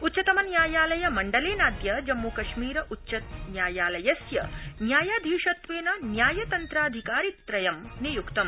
उच्चतम न्यायालय मण्डलेनाद्य जम्मूकश्मीर उच्चन्यायालयस्य न्यायाधीशत्वेन न्यायतन्त्राधिकारित्रयं नियुक्तम